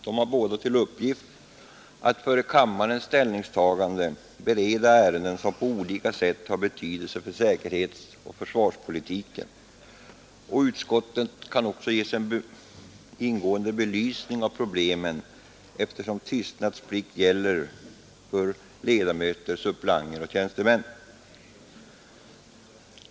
De har båda till uppgift att före kammarens ställningstagande bereda ärenden som på olika sätt har betydelse för säkerhetsoch försvarspolitiken. Utskotten kan ges en ingående belysning av problemen, eftersom tystnadsplikt gäller för ledamöter, suppleanter och tjänstemän.